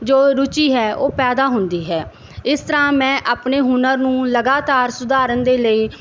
ਜੋ ਰੁਚੀ ਹੈ ਉਹ ਪੈਦਾ ਹੁੰਦੀ ਹੈ ਇਸ ਤਰ੍ਹਾਂ ਮੈਂ ਆਪਣੇ ਹੁਨਰ ਨੂੰ ਲਗਾਤਾਰ ਸੁਧਾਰਨ ਦੇ ਲਈ